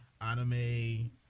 anime